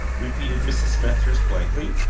repeated mrs. smethurst, blankly.